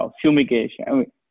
Fumigation